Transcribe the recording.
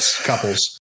couples